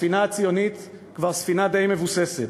הספינה הציונית כבר ספינה די מבוססת,